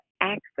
access